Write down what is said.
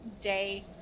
day